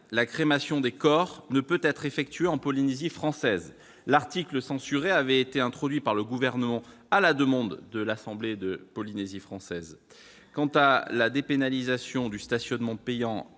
la crémation des corps ne peut être effectuée en Polynésie française. L'article censuré avait été introduit par le Gouvernement à la demande de l'Assemblée de la Polynésie française. Quant à la dépénalisation du stationnement payant